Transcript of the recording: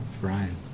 Brian